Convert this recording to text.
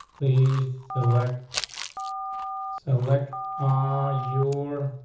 we select select our your